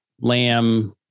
lamb